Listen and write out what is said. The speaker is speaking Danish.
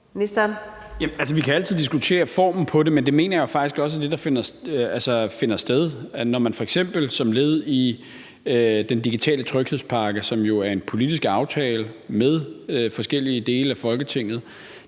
Hummelgaard): Vi kan altid diskutere formen på det, men det mener jeg faktisk også er det, der finder sted. F.eks. har man som led i den digitale tryghedspakke, som jo er en politisk aftale med forskellige dele af Folketinget